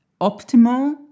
optimal